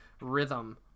rhythm